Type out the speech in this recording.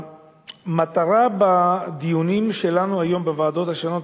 המטרה בדיונים שלנו היום בוועדות השונות,